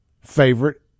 favorite